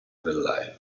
del